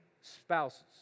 spouses